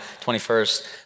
21st